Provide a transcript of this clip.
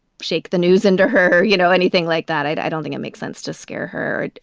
shake the news into her, you know, anything like that. i don't think it makes sense to scare her.